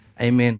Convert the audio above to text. Amen